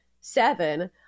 seven